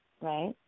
Right